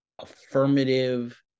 affirmative